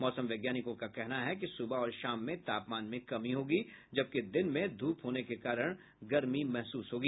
मौसम वैज्ञानिकों का कहना है कि सुबह और शाम में तापमान में कमी होगी जबकि दिन में ध्रप होने के कारण गर्मी महसूस होगी